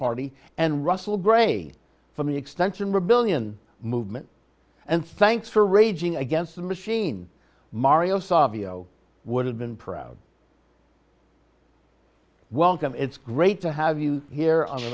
party and russell gray from the extension rebellion movement and thanks for raging against the machine mario savio would have been proud welcome it's great to have you here